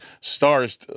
stars